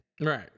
Right